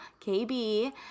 KB